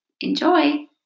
enjoy